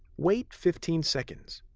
wait fifteen seconds.